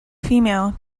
female